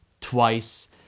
twice